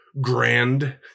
grand